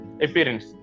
appearance